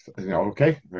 okay